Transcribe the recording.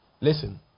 Listen